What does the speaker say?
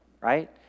right